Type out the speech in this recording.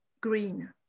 Green